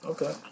Okay